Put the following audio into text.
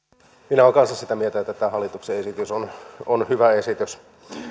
minä olen kanssa sitä mieltä että tämä hallituksen esitys on hyvä esitys